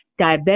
diabetic